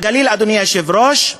בגליל, אדוני היושב-ראש,